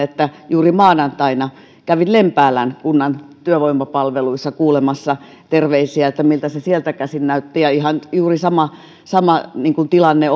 että juuri maanantaina kävin lempäälän kunnan työvoimapalveluissa kuulemassa terveisiä miltä tilanne sieltä käsin näytti ihan juuri sama sama tilanne